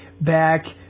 back